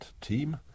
team